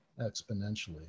exponentially